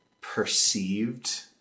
perceived